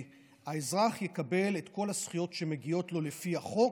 שהאזרח יקבל את כל הזכויות שמגיעות לו לפי החוק.